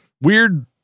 weird